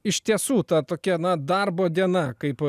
iš tiesų ta tokia na darbo diena kaip